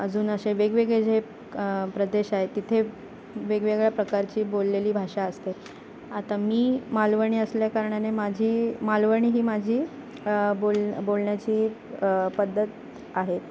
अजून असे वेगवेगळे जे प्रदेश आहेत तिथे वेगवेगळ्या प्रकारची बोललेली भाषा असते आता मी मालवणी असल्या कारणाने माझी मालवणी ही माझी बोल बोलण्याची पद्धत आहे